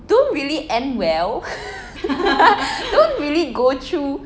don't really end well don't really go through